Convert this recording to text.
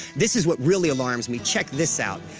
this is what really alarms me check this out.